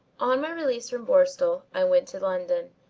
on my release from borstal i went to london,